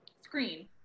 screen